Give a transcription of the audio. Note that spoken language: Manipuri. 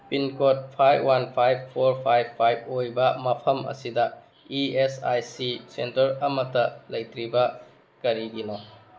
pincode five one five four five five ꯑꯣꯏꯕ ꯃꯐꯝ ꯑꯁꯤꯗ E S I C centre ꯑꯃꯠꯇ ꯂꯩꯇ꯭ꯔꯤꯕ ꯀꯔꯤꯒꯤꯅꯣ